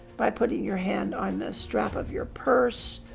by putting your hand on the strap of your purse,